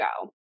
go